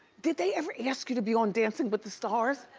did they ever ask you to be on dancing with the stars?